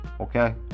okay